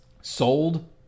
Sold